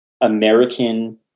American